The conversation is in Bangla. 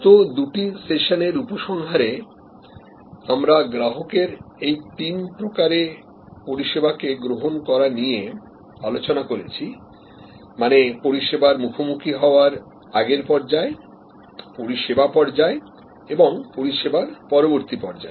গত দুটি সেশন এর উপসংহারে আমরা গ্রাহকের এই তিন প্রকারে পরিষেবা কে গ্রহণ করা নিয়ে আলোচনা করেছি মানে পরিষেবার মুখোমুখি হওয়ার আগের পর্যায় পরিষেবা পর্যায় এবং পরিষেবার পরবর্তী পর্যায়